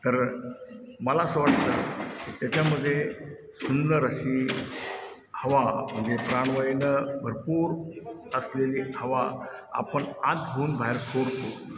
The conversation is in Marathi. तर मला असं वाटतं त्याच्यामधे सुंदर अशी हवा म्हणजे प्राणवायूनं भरपूर असलेली हवा आपण आत घेऊन बाहेर सोडतो